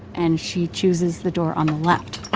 and she chooses the door on a left